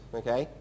okay